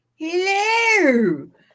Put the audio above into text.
Hello